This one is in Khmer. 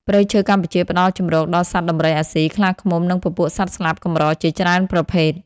ព្រៃឈើកម្ពុជាផ្តល់ជម្រកដល់សត្វដំរីអាស៊ី ខ្លាឃ្មុំ និងពពួកសត្វស្លាបកម្រជាច្រើនប្រភេទ។